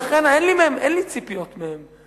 לכן אין לי ציפיות מהם,